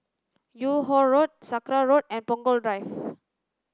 Yung Ho Road Sakra Road and Punggol Drive